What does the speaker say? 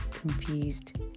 confused